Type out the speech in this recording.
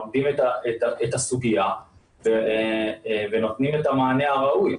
לומדים את הסוגיה ונותנים את המענה הראוי.